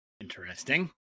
Interesting